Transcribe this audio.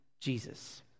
Jesus